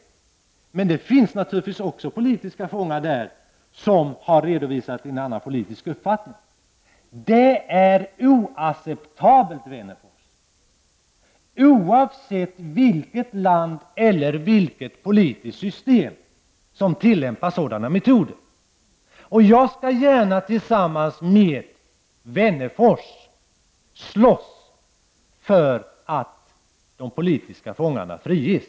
Naturligtvis finns det också politiska fångar där som har redovisat en annan politisk uppfattning. Sådant här är oacceptabelt, Alf Wennerfors, — oavsett vilket land eller vilket politiskt system det är som tillämpar sådana här metoder! Jag skall gärna tillsammans med Alf Wennerfors slåss för att de politiska fångarna friges.